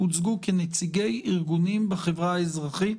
הוצגו כנציגי ארגונים בחברה האזרחית.